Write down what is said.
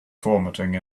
formatting